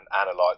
analyze